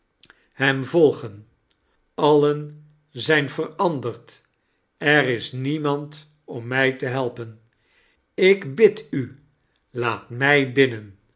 hem volgen allen zijn veranderd er is niemand om mij te helpen ik bid u laat mij binnen